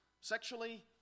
sexually